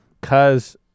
Cause